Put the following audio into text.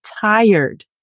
tired